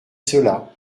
cela